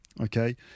Okay